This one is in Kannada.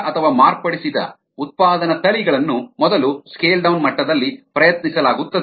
ಹೊಸ ಅಥವಾ ಮಾರ್ಪಡಿಸಿದ ಉತ್ಪಾದನಾ ತಳಿಗಳನ್ನು ಮೊದಲು ಸ್ಕೇಲ್ ಡೌನ್ ಮಟ್ಟದಲ್ಲಿ ಪ್ರಯತ್ನಿಸಲಾಗುತ್ತದೆ